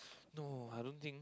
no I don't think